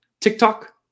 TikTok